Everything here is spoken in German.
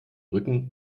rücken